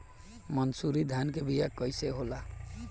मनसुरी धान के बिया कईसन होला?